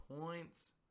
points